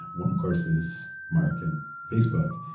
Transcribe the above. one of course is, mark and facebook,